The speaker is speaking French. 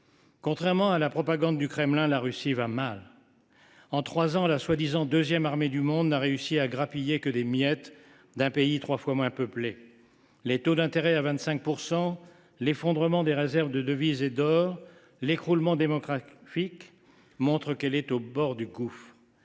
qu’affirme la propagande du Kremlin, la Russie va mal. En trois ans, la soi disant deuxième armée du monde n’a réussi à grappiller que des miettes d’un pays trois fois moins peuplé. Les taux d’intérêt à 25 %, l’effondrement des réserves de devises et d’or, l’écroulement démographique montrent que ce pays est au bord du gouffre.